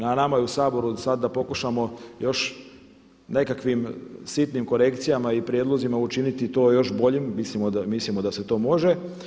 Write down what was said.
Na nama je u Saboru sada da pokušamo još nekakvim sitnim korekcijama i prijedlozima učiniti to još boljim, mislimo da se to može.